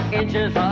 inches